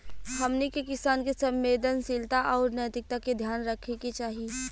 हमनी के किसान के संवेदनशीलता आउर नैतिकता के ध्यान रखे के चाही